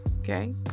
okay